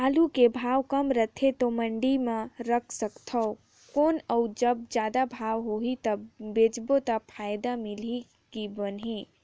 आलू के भाव कम रथे तो मंडी मे रख सकथव कौन अउ जब जादा भाव होही तब बेचबो तो फायदा मिलही की बनही?